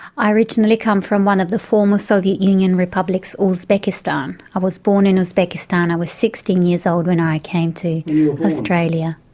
i originally come from one of the former soviet union republics, uzbekistan. i was born in uzbekistan, i was sixteen years old when i came to australia.